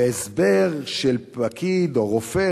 והסבר של פקיד או רופא,